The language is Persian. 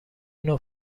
نوع